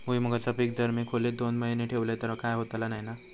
भुईमूगाचा पीक जर मी खोलेत दोन महिने ठेवलंय तर काय होतला नाय ना?